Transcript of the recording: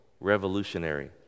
revolutionary